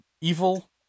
evil